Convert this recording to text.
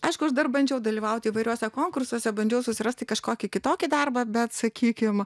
aišku aš dar bandžiau dalyvauti įvairiuose konkursuose bandžiau susirasti kažkokį kitokį darbą bet sakykim